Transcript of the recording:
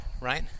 right